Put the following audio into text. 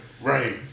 right